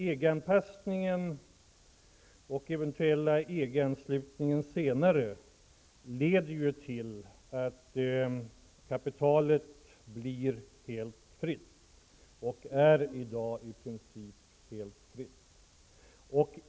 EG anpassningen och den eventuella EG-anslutningen senare leder till att kapitalet blir helt fritt -- det är i princip helt fritt i dag.